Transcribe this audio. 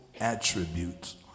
attributes